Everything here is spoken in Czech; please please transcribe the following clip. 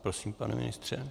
Prosím, pane ministře.